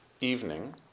evening